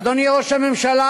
אדוני ראש הממשלה,